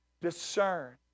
discern